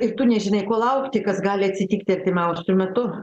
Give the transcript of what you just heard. ir tu nežinai ko laukti kas gali atsitikti artimiausiu metu